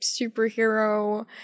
superhero